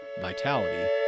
Vitality